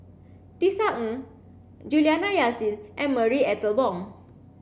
Tisa Ng Juliana Yasin and Marie Ethel Bong